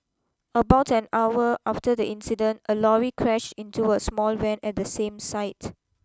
about an hour after the incident a lorry crashed into a small van at the same site